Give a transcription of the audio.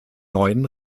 neuen